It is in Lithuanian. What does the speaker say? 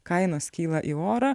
kainos kyla į orą